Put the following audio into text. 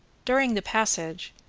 during the passage,